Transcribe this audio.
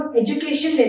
education